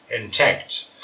intact